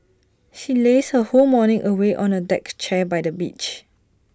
she lazed her whole morning away on A deck chair by the beach